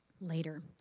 later